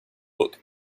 book